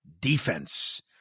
defense